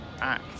act